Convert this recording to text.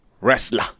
wrestler